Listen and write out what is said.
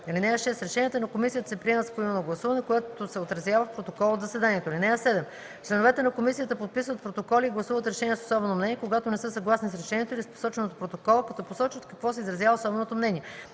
(6) Решенията на комисията се приемат с поименно гласуване, което се отразява в протокола от заседанието. (7) Членовете на комисията подписват протоколи и гласуват решения с особено мнение, когато не са съгласни с решението или с посоченото в протокола, като посочват в какво се изразява особеното мнение.